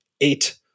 Eight